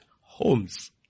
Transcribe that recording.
homes